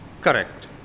Correct